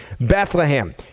Bethlehem